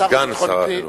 סגן שר החינוך.